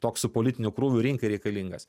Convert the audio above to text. toks su politiniu krūviu rinkai reikalingas